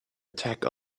attack